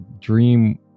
dream